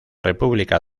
república